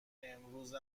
امروز